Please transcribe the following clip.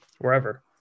wherever